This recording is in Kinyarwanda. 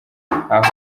aho